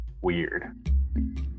weird